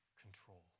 control